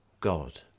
God